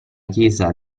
chiesa